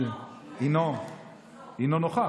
הינו נוכח.